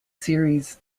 series